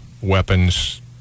weapons